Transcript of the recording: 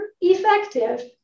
effective